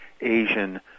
Asian